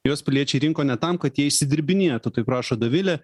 juos piliečiai rinko ne tam kad jie išsidirbinėtų taip rašo dovilė